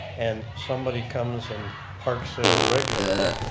and somebody comes and parks there regularly,